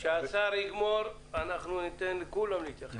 כשהשר יסיים, אנחנו ניתן לכולם להתייחס.